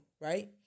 right